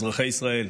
אזרחי ישראל.